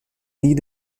nie